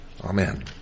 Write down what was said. Amen